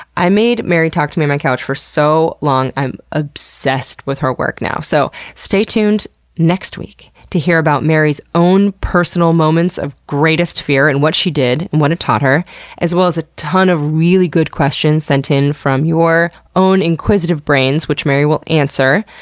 i made mary, talk to me on my couch for so long, i'm obsessed with her work now. so stay tuned next week to hear about mary's own personal moments of greatest fear, and what she did, and what it taught her as well as a ton of really good questions sent in from your own inquisitive brains which mary will answer.